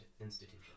institution